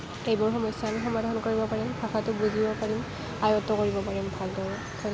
এইবোৰ সমস্যা আমি সমাধান কৰিব পাৰিম ভাষাটো বুজিব পাৰি আয়ত্ব কৰিব পাৰিম ভালদৰে ধন্যবাদ